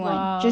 !wow!